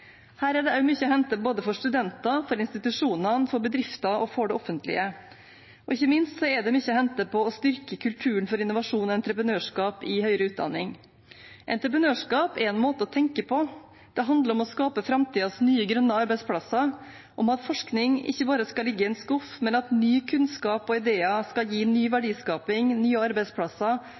Her er det også mye å hente for både studenter, institusjoner, bedrifter og det offentlige. Og ikke minst er det mye å hente på å styrke kulturen for innovasjon og entreprenørskap i høyere utdanning. Entreprenørskap er en måte å tenke på. Det handler om å skape framtidens nye grønne arbeidsplasser, om at forskning ikke bare skal ligge i en skuff, men at ny kunnskap og nye ideer skal gi ny verdiskaping og nye arbeidsplasser,